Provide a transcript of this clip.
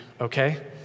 okay